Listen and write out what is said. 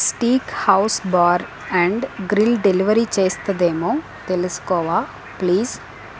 steak house bar and grill delivery చేస్తుందేమో తెలుసుకోవా please